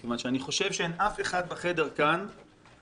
כי אני חושב שאין אף אחד בחדר כאן שיודע